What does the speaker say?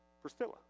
Priscilla